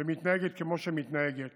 ומתנהגת כמו שמתנהגת